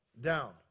down